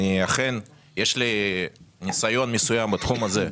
אכן יש לי ניסיון מסוים בתחום הזה,